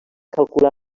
calcula